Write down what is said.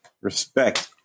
Respect